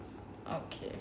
okay